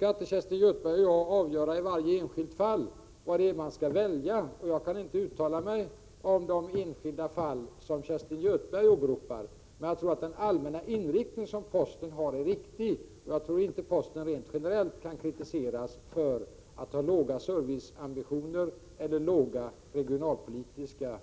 Kerstin Göthberg och jag kan inte avgöra vilken form man skall välja i varje enskilt fall, och jag kan inte uttala mig om det enskilda fall som Kerstin Göthberg åberopar. Jag tror emellertid att den allmänna inriktning som posten har är riktig, och jag tror inte att posten rent generellt kan kritiseras för att ha låga serviceambitioner eller låga regionalpolitiska